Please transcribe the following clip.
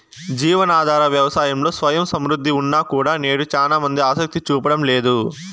జీవనాధార వ్యవసాయంలో స్వయం సమృద్ధి ఉన్నా కూడా నేడు చానా మంది ఆసక్తి చూపడం లేదు